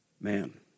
man